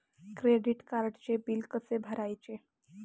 Credit कार्डचे bill कसे भरायचे?